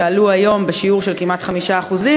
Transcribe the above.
שעלו היום בשיעור של כמעט 5%?